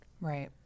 Right